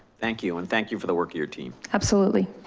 thank you and thank you for the work of your team. absolutely.